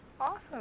Awesome